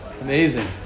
Amazing